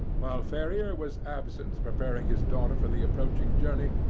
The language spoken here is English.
while ferrier was absent, preparing his daughter for the approaching journey,